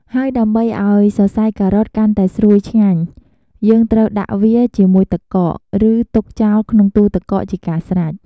ហើយដើម្បីឱ្យសសៃការ៉ុតកាន់តែស្រួយឆ្ងាញ់ យើងត្រូវដាក់វាជាមួយទឹកកក ឬទុកចោលក្នុងទូទឹកកកជាការស្រេច។